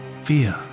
fear